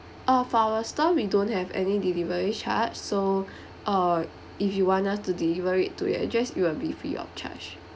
uh for our store we don't have any delivery charge so uh if you want us to deliver it to your address it will be free or charge